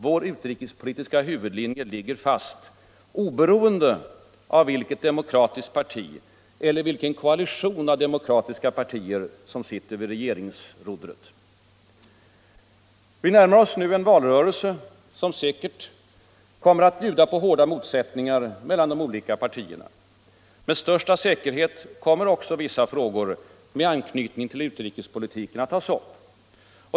Vår utrikespolitiska huvudlinje ligger fast, oberoende av vilket demokratiskt parti eller vilken koalition av demokratiska partier som sitter vid regeringsrodret. Vi närmar oss nu en valrörelse som säkerligen kommer att bjuda på hårda motsättningar mellan de olika partierna. Med största säkerhet kommer också vissa frågor med anknytning till utrikespolitiken att tas upp.